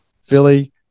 philly